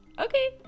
okay